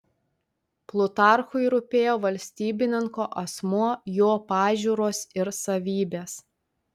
plutarchui rūpėjo valstybininko asmuo jo pažiūros ir savybės